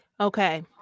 Okay